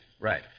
Right